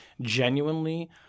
genuinely